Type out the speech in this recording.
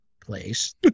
place